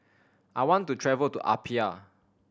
I want to travel to Apia